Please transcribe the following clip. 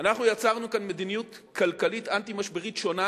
אנחנו יצרנו כאן מדיניות כלכלית אנטי-משברית שונה,